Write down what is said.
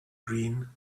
green